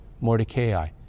mordecai